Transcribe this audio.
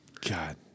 God